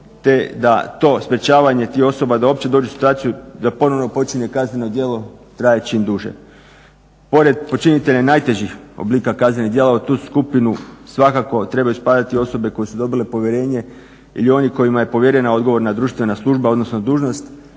te da to sprječavanje tih osoba da uopće dođu na situaciju da ponovo počinje kazneno djelo traje čim duže. Pored počinitelja i najtežih oblika kaznenih djela u tu skupinu svakako trebaju spadati i osobe koje su dobile povjerenje ili oni kojima je povjerena odgovorna društvena služba odnosno dužnost,